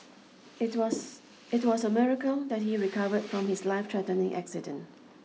it was it was a miracle that he recovered from his lifethreatening accident